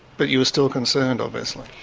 but you were still concerned, obviously?